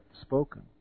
spoken